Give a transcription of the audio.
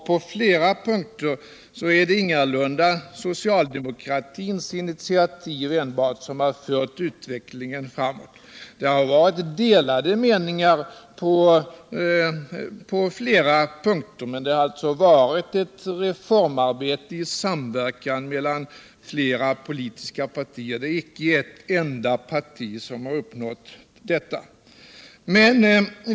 På flera punkter är det ingalunda enbart socialdemokratins initiativ som har fört utvecklingen framåt. Det har rått delade meningar i vissa fall, men det har skett ett reformarbete i samverkan mellan flera politiska partier. Det är inte bara ett enda parti som har uppnått detta.